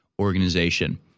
organization